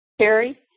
Carrie